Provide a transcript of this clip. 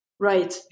Right